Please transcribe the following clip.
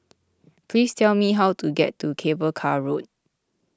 please tell me how to get to Cable Car Road